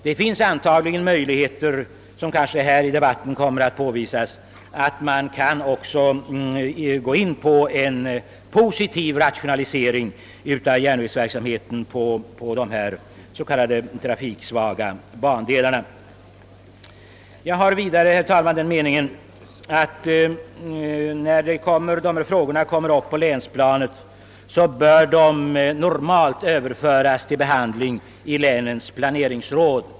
Det finns förutsättningar, såsom kanske också kommer att påvisas under denna debatt, att genomföra en positiv rationalisering av järnvägsverksamheten på de s.k. trafiksvaga bandelarna. Jag har vidare, herr talman, den meningen att dessa frågor när de kommer upp På länsplanet normalt bör remitteras för behandling i landstingens planeringsråd.